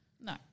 No